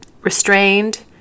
restrained